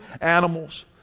animals